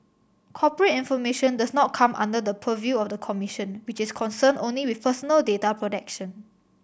corporate information does not come under the purview of the commission which is concerned only with personal data protection